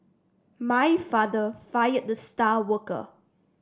my father fired the star worker